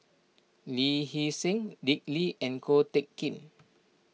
Lee Hee Seng Dick Lee and Ko Teck Kin